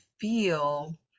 feel